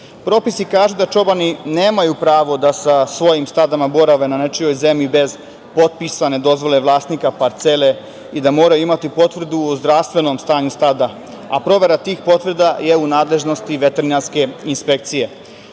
kažu da čobani nemaju pravo da svojim stadima borave na nečijoj zemlji bez potpisane dozvole vlasnika parcele i da moraju imati potvrdu o zdravstvenom stanju stada, a provera tih potvrda je u nadležnosti veterinarske inspekcije.